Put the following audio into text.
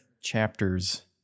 chapters